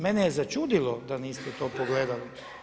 Mene je začudilo da niste to pogledali.